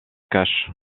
cache